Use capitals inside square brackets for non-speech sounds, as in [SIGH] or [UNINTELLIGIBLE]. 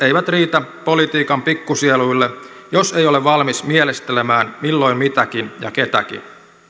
[UNINTELLIGIBLE] eivät riitä politiikan pikkusieluille jos ei ole valmis mielistelemään milloin mitäkin ja ketäkin